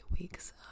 weeks